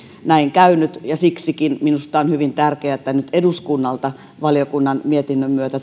näin käynyt ja siksikin minusta on hyvin tärkeätä että nyt eduskunnalta valiokunnan mietinnön myötä